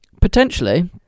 potentially